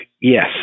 yes